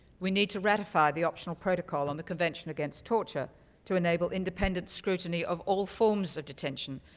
we need to ratify the optional protocol on the convention against torture to enable independent scrutiny of all forms of detention,